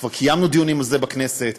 כבר קיימנו על זה דיונים בכנסת,